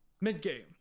Mid-game